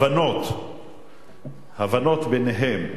הבנות ביניהם.